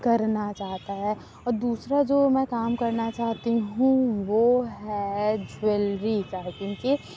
کرنا چاہتا ہے اور دوسرا جو میں کام کرنا چاہتی ہوں وہ ہے جویلری کا کیوں کہ